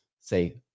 say